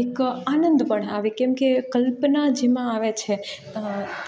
એક આનંદ પણ આવે કેમકે કલ્પના જેમાં આવે છે